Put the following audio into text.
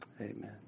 Amen